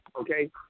Okay